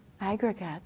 aggregate